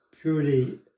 purely